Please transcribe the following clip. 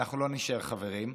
אנחנו לא נישאר חברים.